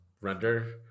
Render